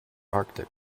arctic